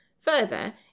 Further